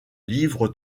livre